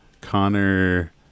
Connor